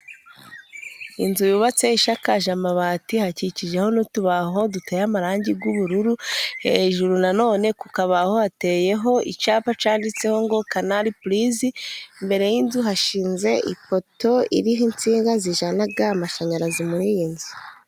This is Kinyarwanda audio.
Inzu yubatse ishakaje amabati, hakikijeho n'utubaho duteye amarangi y'ubururu, hejuru na none hakaba hateyeho icyapa cyanditseho ngo kanari purisi. Imbere y'inzu hashinze ifoto iriho insinga zijyana amashanyarazi muri iyi nzu.